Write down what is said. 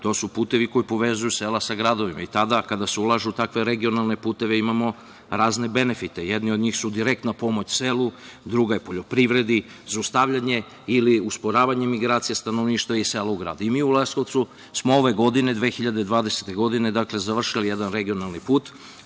to su putevi koji povezuju sela sa gradovima. I tada, kada se ulaže u takve regionalne puteve, imamo razne benefite. Jedni od njih su direktna pomoć selu, druga je poljoprivredi, zaustavljanje ili usporavanje migracije stanovništva iz sela u grad. Mi u Leskovcu smo ove godine, 2020, završili jedan regionalni put,